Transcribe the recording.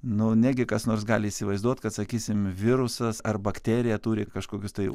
nu negi kas nors gali įsivaizduot kad sakysim virusas ar bakterija turi kažkokius tai